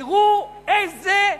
תראו איזו,